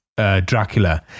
dracula